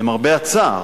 למרבה הצער,